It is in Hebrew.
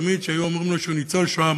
תמיד כשהיו אומרים לו שהוא ניצול שואה,